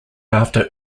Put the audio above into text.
after